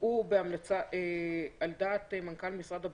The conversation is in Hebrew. ייקבעו על דעת מנכ"ל משרד הבריאות,